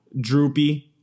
droopy